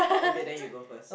okay then you go first